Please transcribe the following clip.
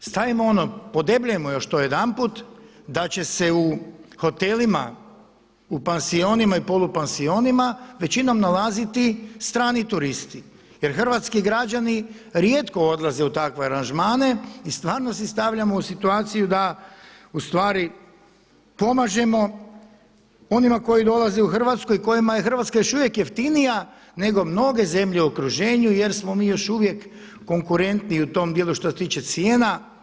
I stavimo ono podebljajmo to još jedanput da će se u hotelima u pansionima i polupansionima većinom nalaziti strani turisti jer hrvatski građani rijetko odlaze u takve aranžmane i stvarno si stavljamo u situaciju da ustvari pomažemo onima koji dolaze u Hrvatsku i kojima je Hrvatska još uvijek jeftinija nego mnoge zemlje u okruženju jer smo mi još uvijek konkurentniji u tom dijelu što se tiče cijena.